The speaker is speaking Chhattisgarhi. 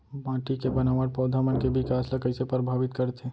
माटी के बनावट पौधा मन के बिकास ला कईसे परभावित करथे